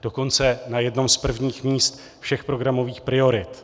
Dokonce na jednom z prvních míst všech programových priorit.